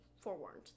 forewarned